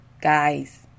Guys